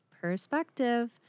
perspective